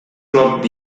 clock